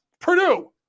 Purdue